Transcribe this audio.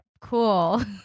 Cool